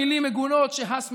מילים מגונות שהס מלהזכיר.